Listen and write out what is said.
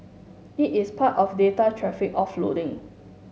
it is part of data traffic offloading